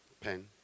pen